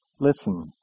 Listen